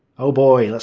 oh boy,